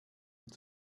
und